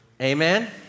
Amen